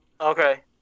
Okay